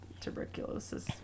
tuberculosis